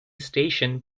station